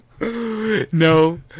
No